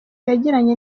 yagiranye